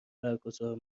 برگزار